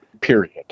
period